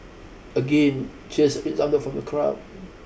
again cheers resounded from the crowd